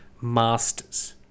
masters